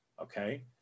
okay